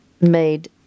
made